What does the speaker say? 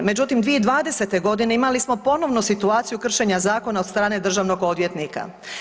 Međutim, 2020. gdine imali smo ponovno situaciju kršenja zakona od strane državnog odvjetnika.